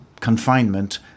confinement